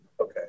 okay